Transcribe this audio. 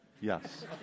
Yes